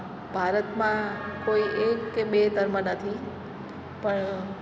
ભારતમાં કોઈ એક કે બે ધર્મ નથી પણ